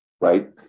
right